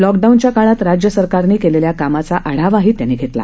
लॉकडाऊनच्या काळात राज्य सरकारनं केलेल्या कामाचा आढावाही त्यांनी घेतला